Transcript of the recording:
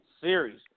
series